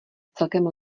celkem